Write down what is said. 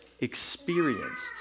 experienced